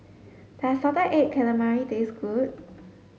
does salted egg calamari taste good